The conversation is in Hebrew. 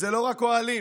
ואלה לא רק האוהלים,